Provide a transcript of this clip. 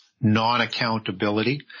non-accountability